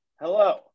Hello